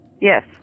Yes